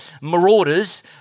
marauders